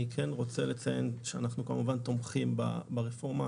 אני כן רוצה לציין שאנחנו כמובן תומכים ברפורמה,